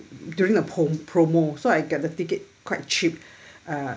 during the pro~ promo so I get the ticket quite cheap uh